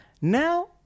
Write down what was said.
Now